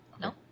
No